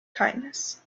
kindness